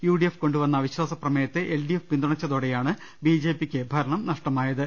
UDF കൊണ്ടുവന്ന അവിശ്വാസ പ്രമേയത്തെ എൽഡിഎഫ് പിന്തുണച്ചതോടെയാണ് ബിജെപിക്ക് ഭരണം നഷ്ട മായത്